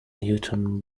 newton